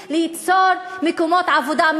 אנחנו רוצים ליצור מקומות עבודה,